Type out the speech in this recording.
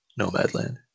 Nomadland